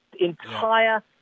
entire